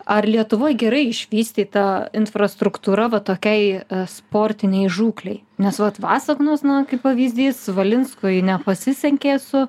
ar lietuvoj gerai išvystyta infrastruktūra va tokiai sportinei žūklei nes vat vasaknos na kaip pavyzdys valinskui nepasisekė su